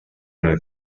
nel